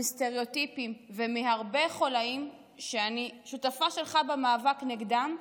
מסטריאוטיפים ומהרבה חוליים שאני שותפה שלך במאבק נגדם,